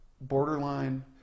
borderline